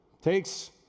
takes